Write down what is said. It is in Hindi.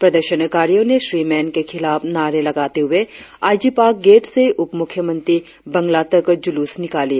प्रदर्शनकारियों ने श्री मेन के खिलाफ नारे लगाते हुए आई जी पार्क गेट से उप मुख्यमंत्री बंगला तक जुलूस निकाली